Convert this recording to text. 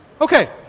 Okay